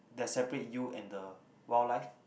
that separate you and the wildlife